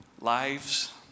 lives